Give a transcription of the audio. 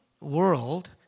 world